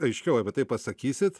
aiškiau apie tai pasakysit